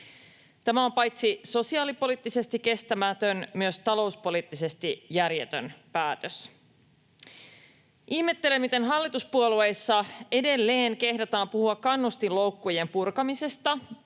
Tämä on paitsi sosiaalipoliittisesti kestämätön myös talouspoliittisesti järjetön päätös. Ihmettelen, miten hallituspuolueissa edelleen kehdataan puhua kannustinloukkujen purkamisesta,